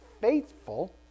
faithful